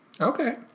Okay